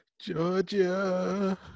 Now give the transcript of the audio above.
Georgia